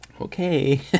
Okay